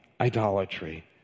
idolatry